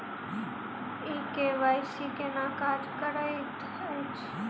ई KYC केना काज करैत अछि?